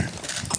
בבקשה.